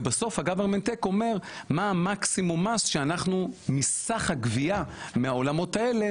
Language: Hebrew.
ובסוף ה- Government take אומר מה מקסימום המס מסך הגביה מהעולמות האלה